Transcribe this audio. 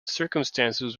circumstances